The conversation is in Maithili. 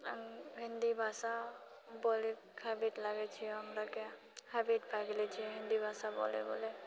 हिन्दी भाषा बोलयके हैबिट लागैत छै हमराके हैबिट भए गेल छै हिन्दी भाषा बोलैत बोलैत